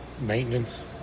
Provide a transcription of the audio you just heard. Maintenance